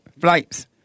flights